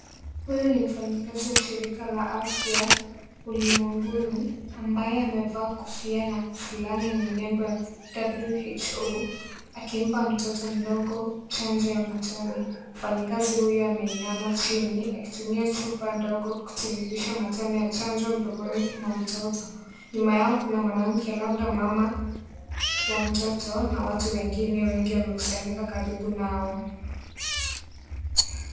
Huyu ni mfanyikazi wa shirika la afya ulimwenguni. Ambaye amevaa kofia na fulani yenye nembo (cs)WHO(cs) akimpa mtoto mdogo chanjo ya matano. Mfanyakazi huyo ameinama chini akitumia chupa ndogo kutiririsha matone ya chanjo mdomoni mwa mtoto. Nyuma yao kuna mwanamke labda mama wa mtoto na watu wengine wengi wamekusanyika karibu nao.